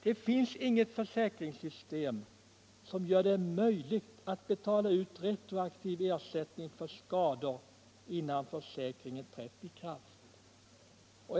Det finns inget försäkringssystem som gör det möjligt att betala ut retroaktiv ersättning för skador som uppkommit innan försäkringen trädde i kraft.